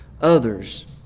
others